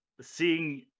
seeing